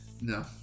No